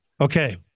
okay